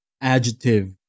adjective